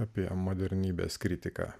apie modernybės kritiką